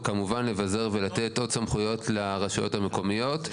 כמובן לבזר ולתת עוד סמכויות לרשויות המקומיות,